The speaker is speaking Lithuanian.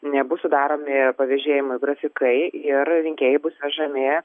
nebus sudaromi pavėžėjimo grafikai ir rinkėjai bus vežami